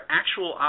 actual